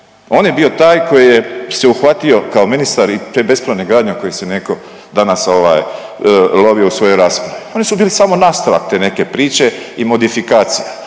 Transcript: On je bio taj koji se uhvatio kao ministar i te bespravne gradnje koje se neko danas ovaj lovio u svojoj raspravi, oni su bili samo nastavak te neke priče i modifikacija,